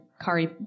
Kari